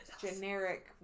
generic